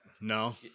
No